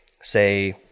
say